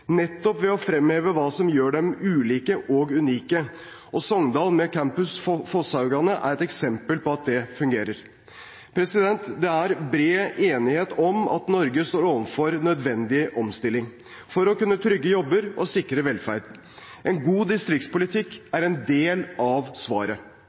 nettopp ved å fremheve hva som gjør dem ulike og unike, og Sogndal med Fosshaugane Campus er et eksempel på at det fungerer. Det er bred enighet om at Norge står overfor en nødvendig omstilling for å kunne trygge jobber og sikre velferden. En god distriktspolitikk er en del av svaret.